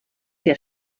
der